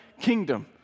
kingdom